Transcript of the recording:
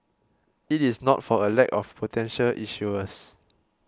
it is not for a lack of potential issuers